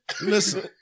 Listen